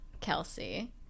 kelsey